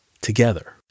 together